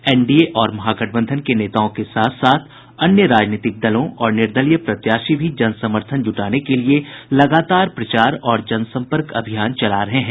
NDA और महागठबंधन के नेताओं के साथ साथ अन्य राजनीतिक दलों और निर्दलीय प्रत्याशी भी जनसमर्थन जुटाने के लिए लगातार प्रचार और जनसंपर्क अभियान चला रहे हैं